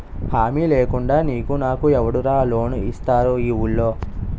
హామీ లేకుండా నీకు నాకు ఎవడురా లోన్ ఇస్తారు ఈ వూళ్ళో?